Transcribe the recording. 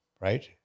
right